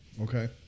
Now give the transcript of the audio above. okay